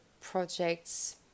project's